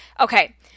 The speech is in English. Okay